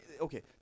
Okay